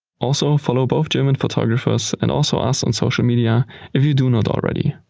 also, follow both german photographers and also us on social media if you do not already.